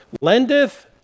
lendeth